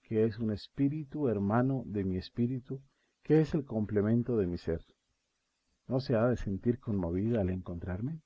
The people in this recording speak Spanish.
que es un espíritu hermano de mi espíritu que es el complemento de mi ser no se ha de sentir conmovida al encontrarme